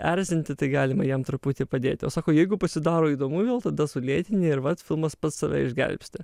erzinti tai galima jam truputį padėti o sako jeigu pasidaro įdomu vėl tada sulėtini ir vat filmas pats save išgelbsti